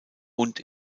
und